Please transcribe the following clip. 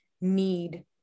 need